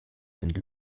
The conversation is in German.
sind